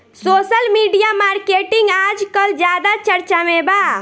social media marketing आजकल ज्यादा चर्चा में बा